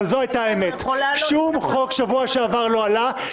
אבל זאת הייתה האמת: שום חוק לא עלה בשבוע שעבר כי